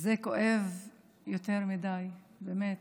זה כואב יותר מדי, באמת.